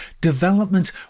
development